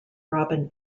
robin